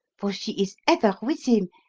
for she is ever with him,